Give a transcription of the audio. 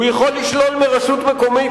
הוא יכול לשלול מרשות מקומית,